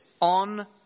on